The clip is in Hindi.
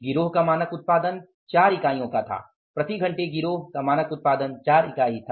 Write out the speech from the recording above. गिरोह का मानक उत्पादन 4 इकाइया था प्रति घंटे गिरोह का मानक उत्पादन 4 इकाई था